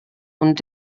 und